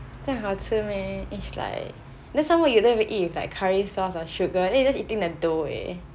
这样好吃 meh is like then some more you don't even eat with like curry sauce or sugar then you are just eating the dough eh